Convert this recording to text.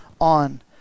on